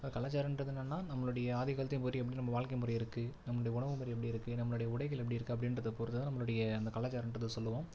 அதுதான் கலாசாரங்றது என்னென்னா நம்மளுடைய ஆதிகாலத்தின்போது எப்படி நம்ம வாழ்க்கை முறை இருக்குது நம்முடைய உணவு முறை எப்படி இருக்குது நம்மளுடைய உடைகள் எப்படி இருக்குது அப்படின்றத பொறுத்துதான் நம்மளுடைய அந்த கலாச்சாரங்றத சொல்லுவோம்